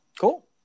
cool